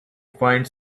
find